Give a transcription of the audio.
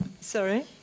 Sorry